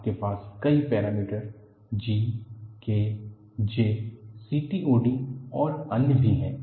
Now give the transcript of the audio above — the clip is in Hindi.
आपके पास कई parameter G K J CTOD और अन्य भी हैं